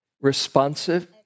responsive